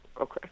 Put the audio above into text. okay